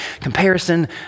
comparison